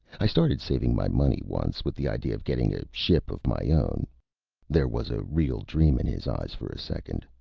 i started saving my money once with the idea of getting a ship of my own there was a real dream in his eyes for a second.